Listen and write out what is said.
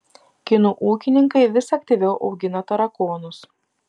kinų ūkininkai vis aktyviau augina tarakonus